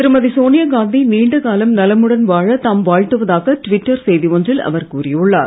திருமதி சோனியாகாந்தி நீண்டகாலம் நலமுடன் வாழத் தாம் வாழ்த்துவதாக ட்விட்டர் செய்தி ஒன்றில் அவர் கூறியுள்ளார்